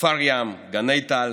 כפר ים, גני טל,